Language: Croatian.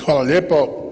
Hvala lijepo.